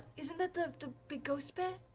isn't that the big ghost bear?